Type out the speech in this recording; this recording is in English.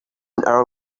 our